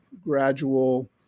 gradual